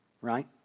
right